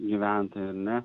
gyventojai ar ne